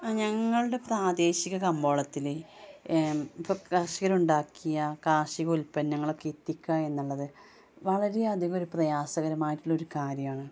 ഞങ്ങളുടെ പ്രാദേശിക കമ്പോളത്തിൽ ഇപ്പോൾ കർഷകരുണ്ടാക്കിയ കാർഷിക ഉൽപന്നങ്ങളൊക്കെ എത്തിക്കുക എന്നുള്ളത് വളരെയധികം ഒരു പ്രയാസകരമായിട്ടുള്ള ഒരു കാര്യമാണ്